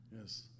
Yes